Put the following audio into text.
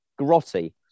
grotty